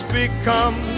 become